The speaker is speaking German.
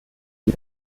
die